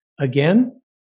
Again